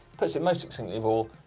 puts it most succinctly of all,